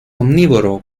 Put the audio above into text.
omnívoro